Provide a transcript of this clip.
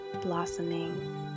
blossoming